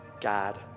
God